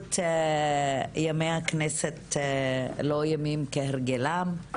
פשוט ימי הכנסת לא ימים כהרגלם.